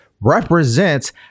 represents